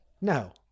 no